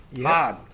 hard